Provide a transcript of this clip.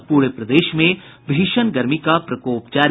और पूरे प्रदेश में भीषण गर्मी का प्रकोप जारी